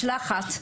במשלחת בהונגריה,